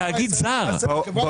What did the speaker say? התאגיד הזר.